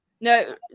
No